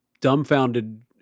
dumbfounded